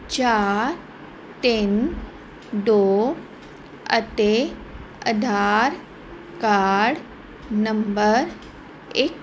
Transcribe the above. ਚਾਰ ਤਿੰਨ ਦੋ ਅਤੇ ਆਧਾਰ ਕਾਰਡ ਨੰਬਰ ਇੱਕ